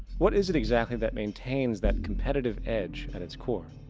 what is it exactly that maintains that competitive edge at it's core?